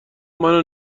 منو